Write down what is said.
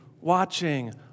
watching